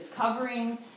covering